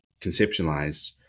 conceptualized